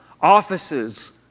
Offices